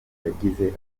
yagize